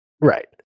Right